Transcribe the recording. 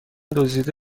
دزدیده